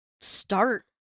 start